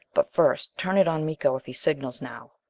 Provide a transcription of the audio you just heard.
but first turn it on miko, if he signals now.